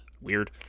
Weird